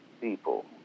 people